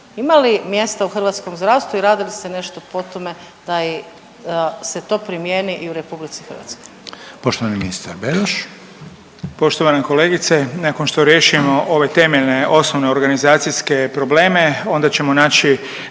Ima li u mjesta u hrvatskom zdravstvu i radi li se nešto po tome da se to primjeni i u RH? **Reiner, Željko (HDZ)** Poštovani ministar Beroš. **Beroš, Vili (HDZ)** Poštovana kolegice, nakon što riješimo ove temeljne osnovne organizacijske probleme onda ćemo naći